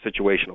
situational